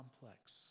complex